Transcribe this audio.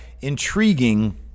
intriguing